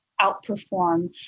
outperform